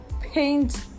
paint